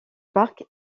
parc